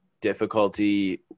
difficulty